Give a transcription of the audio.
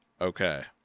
Okay